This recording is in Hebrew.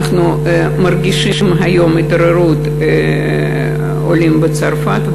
אנחנו מרגישים היום התעוררות של עולים מצרפת.